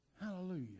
Hallelujah